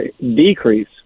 decrease